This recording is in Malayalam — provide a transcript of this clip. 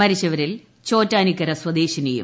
മരിച്ചുവരിൽ ചോറ്റാനിക്കര സ്വദേശിനിയും